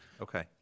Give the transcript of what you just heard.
Okay